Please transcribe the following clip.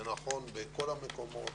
זה נכון בכל המקומות,